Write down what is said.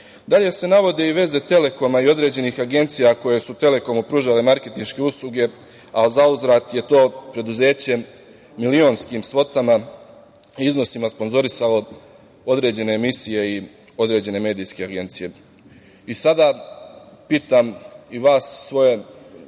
se navode i veze „Telekoma“ i određenih agencija koje su „Telekomu“ pružale marketinške usluge, a zauzvrat je to preduzeće milionskim svotama i iznosima sponzorisalo određene emisije i određene medijske agencije. Sada pitam i vas, svoje